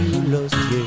lost